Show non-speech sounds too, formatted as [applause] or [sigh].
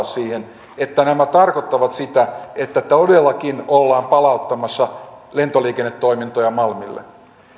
[unintelligible] siihen että nämä tarkoittavat sitä että todellakin ollaan palauttamassa lentoliikennetoimintoja malmille